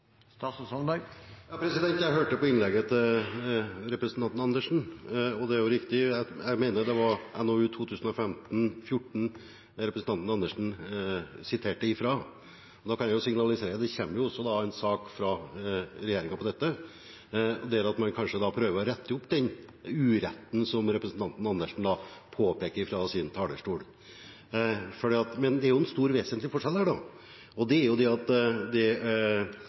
Jeg hørte på innlegget til representanten Andersen, og jeg mener det var NOU 2015: 4 representanten Andersen siterte fra. Nå kan jeg signalisere at det kommer en sak fra regjeringen om dette, der man kanskje prøver å rette opp den uretten som representanten Andersen påpeker fra talerstolen. Men det er en vesentlig forskjell her, og det er at tap av statsborgerskap og tilbaketrukket statsborgerskap er to forskjellige ting. Det